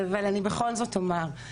אבל אני בכל זאת אומר.